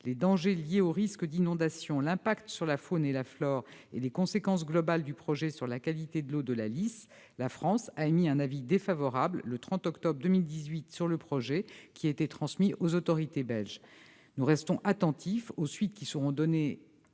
les dangers liés aux risques d'inondations, l'impact sur la faune et la flore et les conséquences globales du projet sur la qualité de l'eau de la Lys, la France a émis sur ce projet, le 30 octobre 2018, un avis défavorable qui a été transmis aux autorités belges. Nous restons attentifs aux suites qui seront données